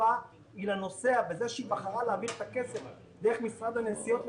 התעופה היא לנוסע וזה שהיא בחרה להעביר את הכסף דרך משרד הנסיעות,